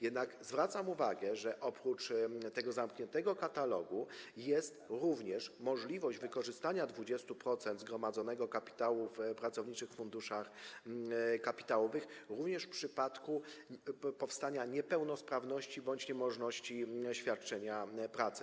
Jednak zwracam uwagę, że, oprócz tego zamkniętego katalogu, jest również możliwość wykorzystania 25% kapitału zgromadzonego w pracowniczych planach kapitałowych również w przypadku powstania niepełnosprawności bądź niemożności świadczenia pracy.